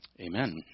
amen